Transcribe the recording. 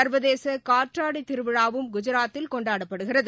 சா்வதேசகாற்றாடிதிருவிழா வும் குஜராத்தில் கொண்டாடப்படுகிறது